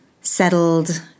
settled